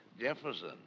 Jefferson